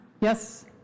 Yes